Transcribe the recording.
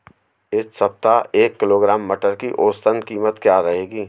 इस सप्ताह एक किलोग्राम मटर की औसतन कीमत क्या रहेगी?